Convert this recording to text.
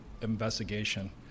Investigation